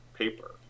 Paper